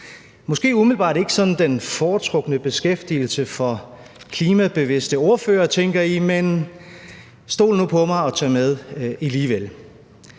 måske umiddelbart ikke sådan den foretrukne beskæftigelse for klimabevidste ordførere, tænker I, men stol nu på mig og tag med alligevel.